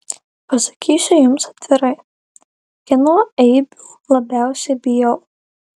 pasakysiu jums atvirai kieno eibių labiausiai bijau